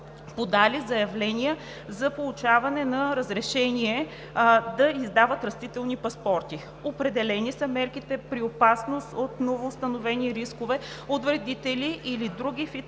подали заявление за получаване на разрешение да издават растителни паспорти. Определени са мерките при опасност от новоустановени рискове от вредители или други